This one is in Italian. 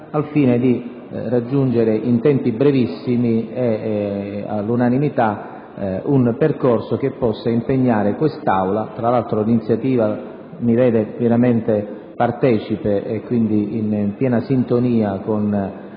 al fine di giungere, in tempi brevissimi e all'unanimità, ad un percorso che possa impegnare l'Aula. Tra l'altro, l'iniziativa mi vede pienamente partecipe e in piena sintonia con